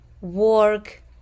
Work